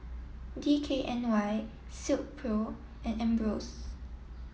D K N Y Silkpro and Ambros